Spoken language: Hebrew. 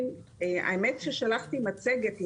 שלחתי מצגת לוועדה,